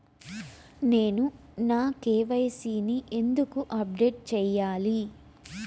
నేను నా కె.వై.సి ని ఎందుకు అప్డేట్ చెయ్యాలి?